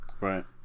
Right